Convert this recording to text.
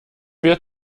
wir